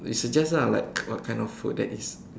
you suggest ah like what kind of food that is